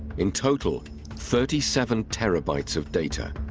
in total thirty seven terabytes of data.